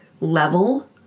level